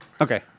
Okay